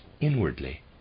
inwardly